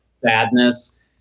sadness